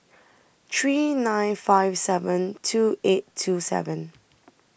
three nine five seven two eight two seven